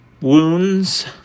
wounds